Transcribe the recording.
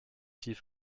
tief